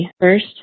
first